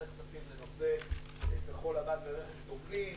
הכספים לנושא כחול-לבן ברכש גומלין.